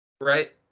Right